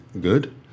good